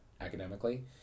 academically